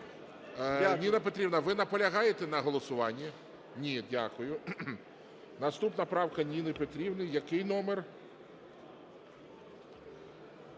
Ніна Петрівна, ви наполягаєте на голосуванні? Ні. Дякую. Наступна правка Ніни Петрівни. Який номер?